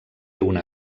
una